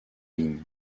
lignes